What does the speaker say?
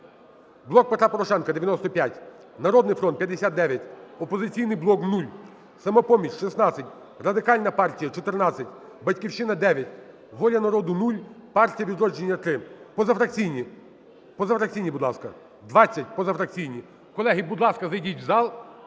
"Блок Петра Порошенка" – 95, "Народний фронт" – 59, "Опозиційний блок" – 0, "Самопоміч" – 16, Радикальна партія – 14, "Батьківщина" – 9, "Воля народу" – 0, "Партія "Відродження" – 3, позафракційні, позафракційні, будь ласка, 20 –